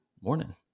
Morning